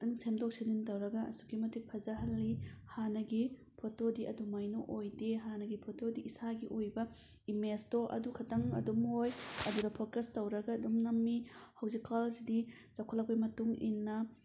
ꯈꯤꯇꯪ ꯁꯦꯝꯗꯣꯛ ꯁꯦꯝꯖꯤꯟ ꯇꯧꯔꯒ ꯑꯁꯨꯛꯀꯤ ꯃꯇꯤꯛ ꯐꯖꯍꯜꯂꯤ ꯍꯥꯟꯅꯒꯤ ꯐꯣꯇꯣꯗꯤ ꯑꯗꯨꯃꯥꯏꯅ ꯑꯣꯏꯗꯦ ꯍꯥꯟꯅꯒꯤ ꯐꯣꯇꯣꯗꯤ ꯏꯁꯥꯒꯤ ꯑꯣꯏꯕ ꯏꯃꯦꯁꯇꯣ ꯑꯗꯨ ꯈꯇꯪ ꯑꯗꯨꯝ ꯑꯣꯏ ꯑꯗꯨꯗ ꯐꯣꯀꯁ ꯇꯧꯔꯒ ꯑꯗꯨꯝ ꯅꯝꯃꯤ ꯍꯧꯖꯤꯛꯀꯥꯜꯁꯤꯗꯤ ꯆꯥꯎꯈꯠꯂꯛꯄꯒꯤ ꯃꯇꯨꯡ ꯏꯟꯅ